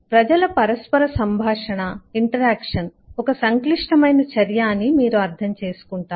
ప్రజల పరస్పర సంభాషణ ఒక సంక్లిష్టమైన చర్య అని మీరు అర్థం చేసుకుంటారు